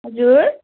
हजुर